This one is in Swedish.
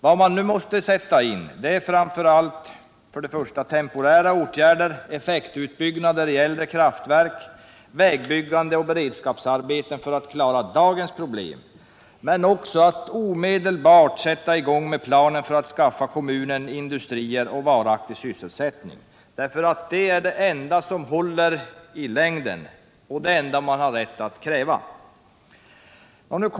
Vad man nu måste göra är att sätta in temporära åtgärder, effektutbyggnader i äldre kraftverk, vägbyggande och beredskapsarbeten för att klara dagens problem. Men man måste också omedelbart sätta i gång med planen för att skaffa kommunen industrier och varaktig sysselsättning. Det är det enda som håller i längden, och det har man rätt att kräva.